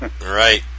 Right